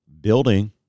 building